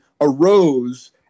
arose